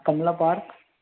Kamala park